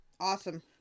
awesome